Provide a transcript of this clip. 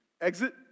exit